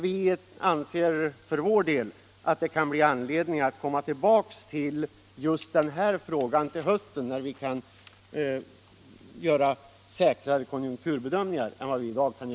Vi anser för vår del att det kan bli aktuellt att komma tillbaka till just denna fråga i höst när vi kan göra säkrare konjunkturbedömningar än vad vi kan i dag.